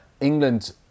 England